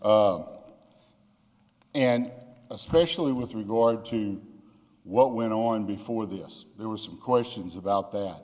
again and especially with regard to what went on before this there were some questions about that